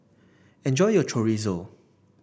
enjoy your Chorizo